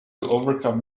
overcome